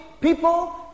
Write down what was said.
people